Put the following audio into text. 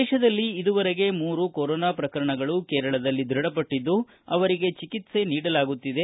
ದೇಶದಲ್ಲಿ ಇದುವರೆಗೆ ಮೂರು ಕೊರೊನಾ ಪ್ರಕರಣಗಳು ಕೇರಳದಲ್ಲಿ ದೃಢಪಟ್ಟಿದ್ದು ಅವರಿಗೆ ಚಿಕಿಕ್ಲೆ ನೀಡಲಾಗುತ್ತಿದೆ